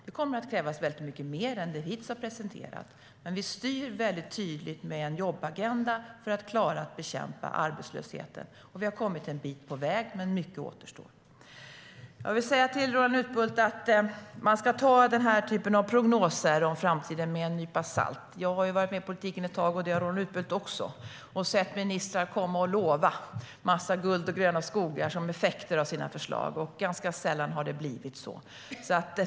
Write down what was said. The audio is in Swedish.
Det kommer att krävas mycket mer än det vi hittills har presenterat. Men vi styr väldigt tydligt med en jobbagenda för att klara att bekämpa arbetslösheten. Vi har kommit en bit på väg, men mycket återstår. Jag vill säga till Roland Utbult att man ska ta den här typen av prognoser om framtiden med en nypa salt. Jag har varit med i politiken ett tag - det har Roland Utbult också - och sett ministrar komma och lova en massa guld och gröna skogar som effekter av sina förslag. Ganska sällan har det blivit så.